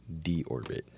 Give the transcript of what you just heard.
Deorbit